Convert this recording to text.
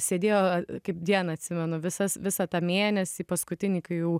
sėdėjo kaip dieną atsimenu visas visą tą mėnesį paskutinį kai jau